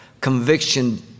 conviction